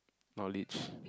not a leech